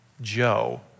Joe